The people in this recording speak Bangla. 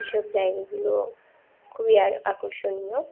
এইসব জায়গাগুলো খুবই আর আকর্ষণীয়